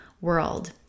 world